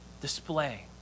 Display